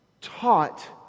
taught